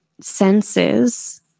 senses